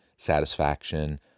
satisfaction